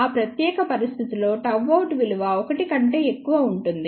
ఆ ప్రత్యేక పరిస్థితిలో Γout విలువ 1 కంటే ఎక్కువ ఉంటుంది